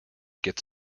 gets